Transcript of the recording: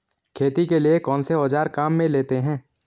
खेती के लिए कौनसे औज़ार काम में लेते हैं?